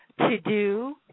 to-do